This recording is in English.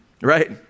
right